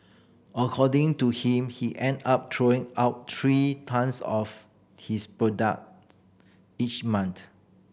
according to him he end up throwing out three tonnes of his product each month